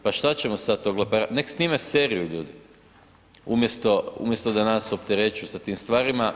Pa šta ćemo sad to, nek snime seriju ljudi, umjesto da nas opterećuju sa tim stvarima.